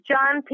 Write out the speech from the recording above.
John